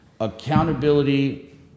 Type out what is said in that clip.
accountability